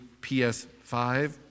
PS5